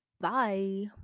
bye